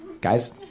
Guys